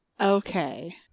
Okay